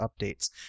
updates